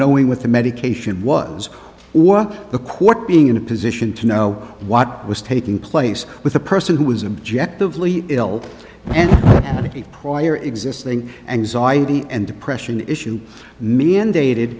knowing what the medication was or the court being in a position to know what was taking place with a person who was an object of lee ill and prior existing anxiety and depression issue mandated